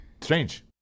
Strange